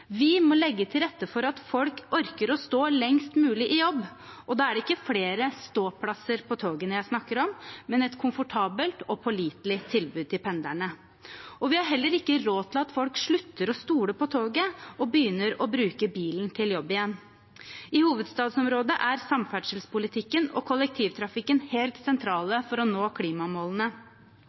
Vi må legge til rette for at folk orker å stå lengst mulig i jobb. Da er det ikke flere ståplasser på togene jeg snakker om, men et komfortabelt og pålitelig tilbud til pendlerne. Vi har heller ikke råd til at folk slutter å stole på toget og begynner å bruke bilen til jobb igjen. I hovedstadsområdet er samferdselspolitikken og kollektivtrafikken helt sentrale for å nå klimamålene.